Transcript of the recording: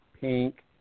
pink